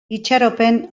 itxaropen